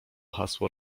hasło